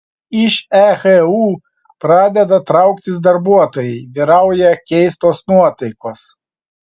iš ehu pradeda trauktis darbuotojai vyrauja keistos nuotaikos